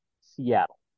Seattle